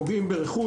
פוגעים ברכוש,